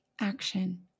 action